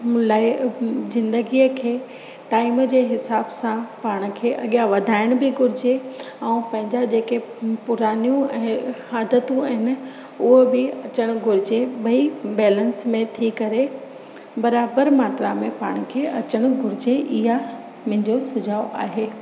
लाइ ज़िंदगीअ खे टाएम जे हिसाब सां पाण खे अॻियां वधाइण बि घुरिजे ऐं पंहिंजा जे के पुराणियूं ऐं आदतूं आहिनि उहो बि अचणु घुरिजे ॿई बैलेंस में थी करे बराबरि मात्रा में पाण खे अचणु घुरिजे इहा मुंहिंजो सुझाव आहे